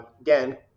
Again